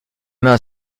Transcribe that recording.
mains